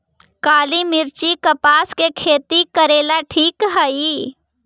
काली मिट्टी, कपास के खेती करेला ठिक हइ?